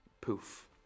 Poof